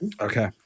Okay